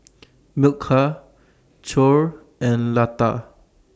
Milkha Choor and Lata